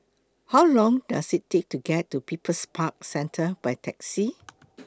How Long Does IT Take to get to People's Park Centre By Taxi